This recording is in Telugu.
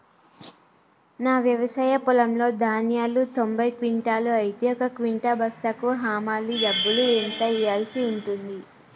నా వ్యవసాయ పొలంలో ధాన్యాలు తొంభై క్వింటాలు అయితే ఒక క్వింటా బస్తాకు హమాలీ డబ్బులు ఎంత ఇయ్యాల్సి ఉంటది?